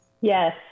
Yes